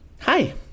Hi